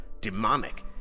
demonic